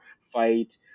fight